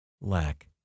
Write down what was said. lack